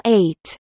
eight